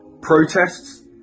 protests